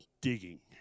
digging